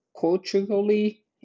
culturally